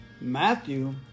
Matthew